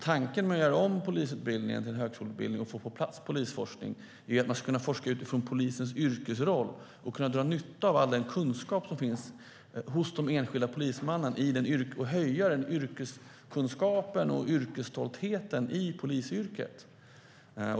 Tanken med att göra om polisutbildningen till en högskoleutbildning och att få polisforskning på plats är att man ska kunna forska utifrån polisens yrkesroll och dra nytta av all den kunskap som finns hos de enskilda polismännen och höja yrkeskunskapen och yrkesstoltheten i polisyrket.